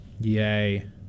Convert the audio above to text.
Yay